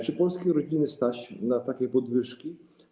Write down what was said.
Czy polskie rodziny stać na takie podwyżki?